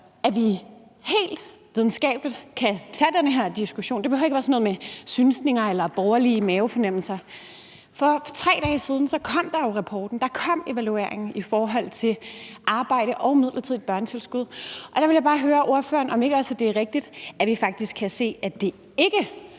at vi helt videnskabeligt kan tage den her diskussion; det behøver ikke at være sådan noget med synsninger eller borgerlige mavefornemmelser. For 3 dage siden kom rapporten, der kom evalueringen, i forhold til arbejde og midlertidigt børnetilskud, og der vil jeg bare høre ordføreren, om det ikke også er rigtigt, at vi faktisk kan se, at det ikke